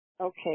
Okay